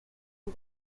and